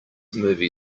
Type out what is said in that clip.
movie